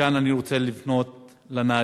מכאן אני רוצה לפנות לנהגים,